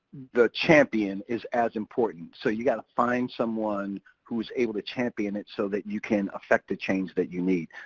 the champion is as important. so you gotta find someone who's able to champion it, so that you can affect the change that you need.